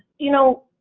you know,